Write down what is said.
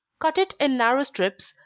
cut it in narrow strips,